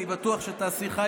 אני בטוח שתעשי חיל.